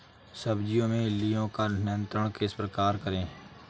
सब्जियों में इल्लियो का नियंत्रण किस प्रकार करें?